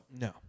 No